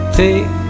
take